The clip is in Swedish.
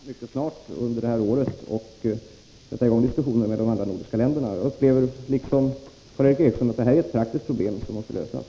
Herr talman! Jag kommer att ta initiativet mycket snart under det här året och sätta i gång diskussioner med de andra nordiska länderna. Jag upplever, liksom Karl Erik Eriksson, att det gäller ett praktiskt problem som måste lösas.